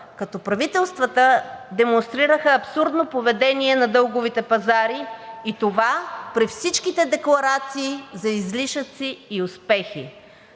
като правителствата демонстрираха абсурдно поведение на дълговите пазари, и това при всичките декларации за излишъци и успехи.